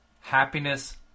happiness